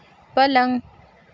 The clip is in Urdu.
پلنگ